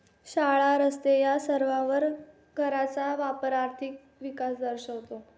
शाळा, रस्ते या सर्वांवर कराचा वापर आर्थिक विकास दर्शवतो